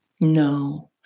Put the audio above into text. No